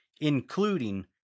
including